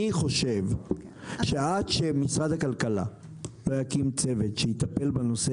אני חושב שעד שמשרד הכלכלה לא יקים צוות שיטפל בנושא